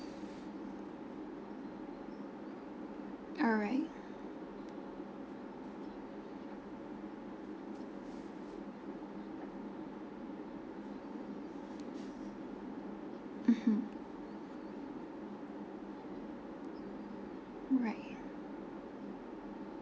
alright mmhmm alright